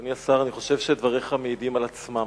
אדוני השר, אני חושב שדבריך מעידים על עצמם.